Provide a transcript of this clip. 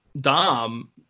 dom